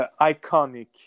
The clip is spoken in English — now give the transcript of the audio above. iconic